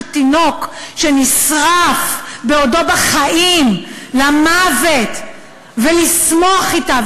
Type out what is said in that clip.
תינוק שנשרף בעודו בחיים למוות ולשמוח אתה,